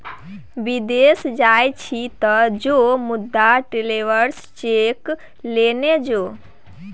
विदेश जाय छी तँ जो मुदा ट्रैवेलर्स चेक लेने जो